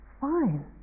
Fine